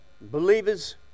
believers